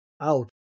out